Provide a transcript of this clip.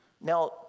Now